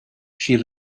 she